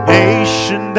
nation